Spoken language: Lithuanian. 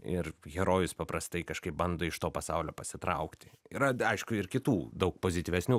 ir herojus paprastai kažkaip bando iš to pasaulio pasitraukti yra aišku ir kitų daug pozityvesnių